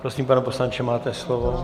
Prosím, pane poslanče, máte slovo.